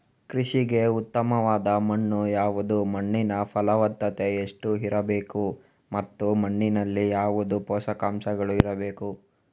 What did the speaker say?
ಕೃಷಿಗೆ ಉತ್ತಮವಾದ ಮಣ್ಣು ಯಾವುದು, ಮಣ್ಣಿನ ಫಲವತ್ತತೆ ಎಷ್ಟು ಇರಬೇಕು ಮತ್ತು ಮಣ್ಣಿನಲ್ಲಿ ಯಾವುದು ಪೋಷಕಾಂಶಗಳು ಇರಬೇಕು?